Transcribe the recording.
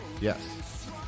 Yes